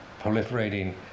proliferating